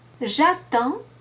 J'attends